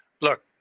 Look